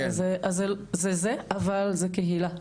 אז זה זה, אבל זה קהילה.